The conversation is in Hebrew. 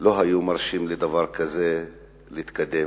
לא היו מרשים לדבר כזה להתקדם,